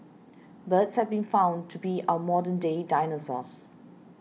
birds have been found to be our modern day dinosaurs